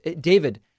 David